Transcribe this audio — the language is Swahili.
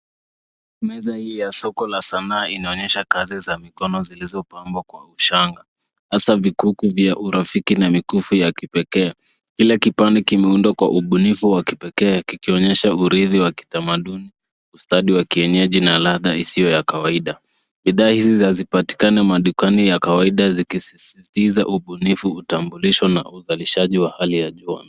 Meza hii ya soko la sanaa inaonyesha kazi za mikono zilizopangwa kwa ushanga, hasa vikuku vya urafiki na mikufu ya kipekee. Kila kipande kimeundwa kwa ubunifu wa kipekee kikionyesha urithi wa kitamaduni, ustadi wa kienyeji na ladha isiyo ya kawaida. Bidhaa hizi hazipatikani madukani ya kawaida zikisisitiza ubunifu, utambulisho na uzalishaji wa hali ya juu.